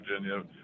Virginia